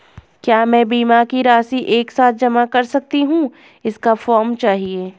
क्या मैं बीमा की राशि एक साथ जमा कर सकती हूँ इसका फॉर्म चाहिए?